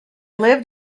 lived